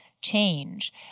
change